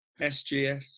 SGS